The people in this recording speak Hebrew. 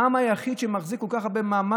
העם היחיד שמחזיק כל כך הרבה מעמד,